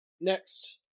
next